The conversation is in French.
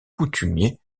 coutumier